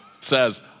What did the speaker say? says